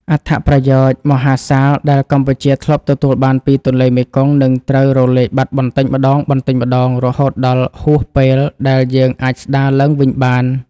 អត្ថប្រយោជន៍មហាសាលដែលកម្ពុជាធ្លាប់ទទួលបានពីទន្លេមេគង្គ នឹងត្រូវរលាយបាត់បន្តិចម្ដងៗ រហូតដល់ហួសពេលដែលយើងអាចស្ដារឡើងវិញបាន។